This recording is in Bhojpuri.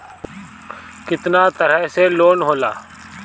केतना तरह के लोन होला?